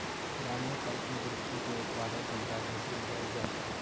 पुराने फल के वृक्षों से उत्पादन क्षमता कैसे बढ़ायी जाए?